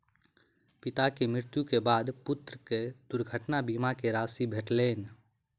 पिता के मृत्यु के बाद पुत्र के दुर्घटना बीमा के राशि भेटलैन